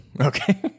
Okay